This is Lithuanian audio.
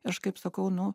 aš kaip sakau nu